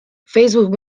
facebook